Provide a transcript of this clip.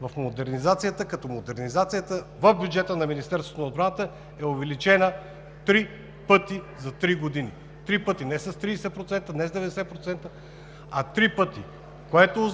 в модернизацията, като модернизацията в бюджета на Министерството на отбраната е увеличена три пъти за три години. Три пъти! Не с 30%, не с 90%, а три пъти, което